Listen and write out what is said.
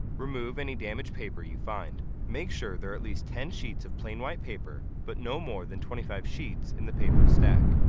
remove any damaged paper you find. make sure that there are at least ten sheets of plain white paper, but no more than twenty five sheets, in the paper stack.